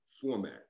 format